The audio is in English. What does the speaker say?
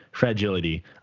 Fragility